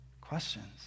questions